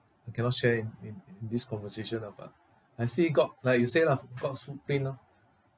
I cannot share in in in in this conversation lah but I see god like you say lah god's who paint orh